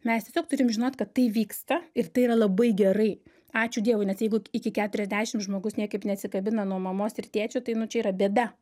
mes tiesiog turim žinot kad tai vyksta ir tai yra labai gerai ačiū dievui nes jeigu iki keturiasdešim žmogus niekaip neatsikabina nuo mamos ir tėčio tai nu čia yra bėda